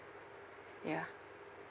ya